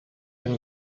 been